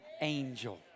angel